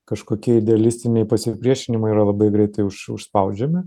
kažkokie idealistiniai pasipriešinimai yra labai greitai už užspaudžiami